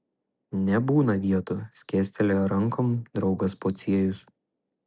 nebūna vietų skėstelėjo rankom draugas pociejus